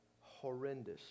Horrendous